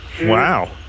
wow